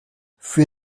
für